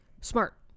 Smart